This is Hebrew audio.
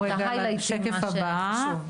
בהיילייטים את מה שחשוב.